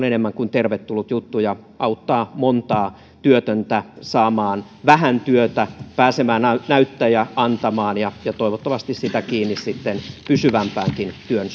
enemmän kuin tervetullut juttu ja auttaa montaa työtöntä saamaan vähän työtä pääsemään näyttöjä antamaan ja ja toivottavasti siitä kiinni sitten pysyvämpäänkin työn